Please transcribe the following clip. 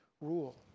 rule